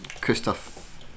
Christoph